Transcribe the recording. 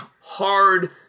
hard